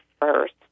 first